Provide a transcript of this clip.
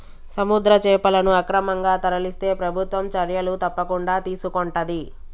సముద్ర చేపలను అక్రమంగా తరలిస్తే ప్రభుత్వం చర్యలు తప్పకుండా తీసుకొంటది